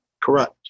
Correct